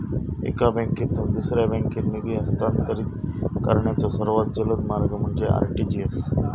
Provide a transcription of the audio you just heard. एका बँकेतून दुसऱ्या बँकेत निधी हस्तांतरित करण्याचो सर्वात जलद मार्ग म्हणजे आर.टी.जी.एस